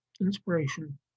inspiration